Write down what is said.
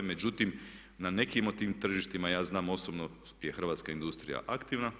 Međutim, na nekim od tih tržištima, ja znam osobno, je hrvatska industrija aktivna.